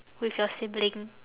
with your sibling